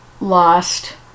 lost